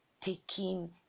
taking